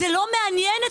זה לא מעניין אתכם.